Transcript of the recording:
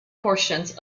portions